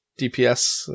DPS